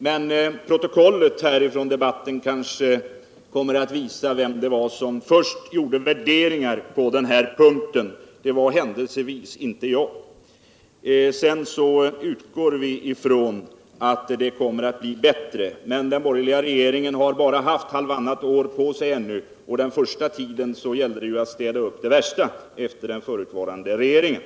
Men protokollet från denna debatt kommer säkert att visa vem det var som först gjorde värderingar på den na punkt. Det var hiindelsevis inte jag. Sedan kan vi utgå ifrån att vi kommer att få en bättre ekonomi här i landet så småningom. men den borgerliga regeringen har ju bara haft halvtannat år på sig, och den första tiden gällde det att städa upp det värsta efter den förra regeringen.